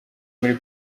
muri